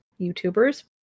YouTubers